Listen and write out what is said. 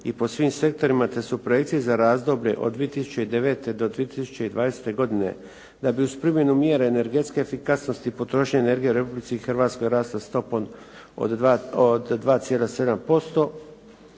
i po svim sektorima, te su projekcije za razdoblje od 2009. do 2020. godine, da bi uz primjenu mjera energetske efikasnosti potrošnje energije u Republici Hrvatskoj rasla stopom od 2,7%